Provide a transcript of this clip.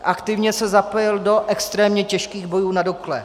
Aktivně se zapojil do extrémně těžkých bojů na Dukle.